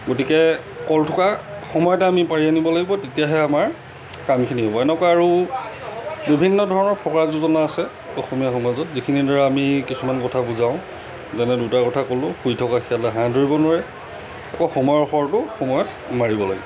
গতিকে কল থোকা সময়তে আমি পাৰি আনিব লাগিব তেতিয়াহে আমাৰ কামখিনি হ'ব এনেকুৱা আৰু বিভিন্ন ধৰণৰ ফকৰা যোজনা আছে অসমীয়া সমাজত যিখিনি ধৰা আমি কিছুমান কথা বুজাওঁ যেনে দুটা কথা ক'লোঁ শুই থকা শিয়ালে হাঁহ ধৰিব নোৱাৰে আকৌ সময়ৰ শৰটো সময়ত মাৰিব লাগিব